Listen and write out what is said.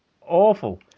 awful